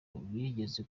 bigeze